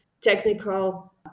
technical